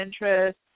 interest